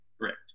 Correct